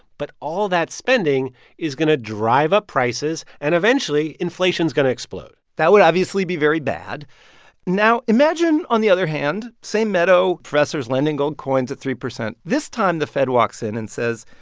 but all that spending is going to drive up prices. and eventually, inflation's going to explode. that would obviously be very bad now imagine, on the other hand, same meadow, professors lending gold coins at three percent. this time, the fed walks in and says,